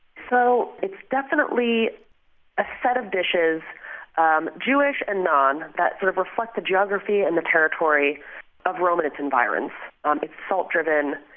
so it's definitely a set of dishes um jewish and non that sort of reflect the geography and the territory of rome and its environs. um it's salt driven.